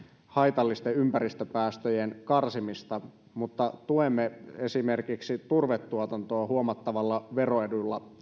haitallisten ympäristöpäästöjen karsimista mutta tuemme samaan aikaan esimerkiksi turvetuotantoa huomattavalla veroedulla